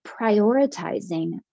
prioritizing